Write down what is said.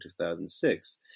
2006